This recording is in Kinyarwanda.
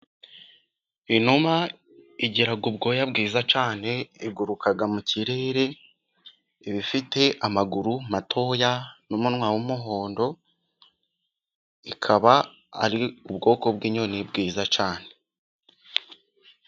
Inuma igira ubwoya bwiza cyane ,iguruka mu kirere, iba ifite amaguru matoya n'umunwa w'umuhondo, ikaba ari ubwoko bw'inyoni bwiza cyane.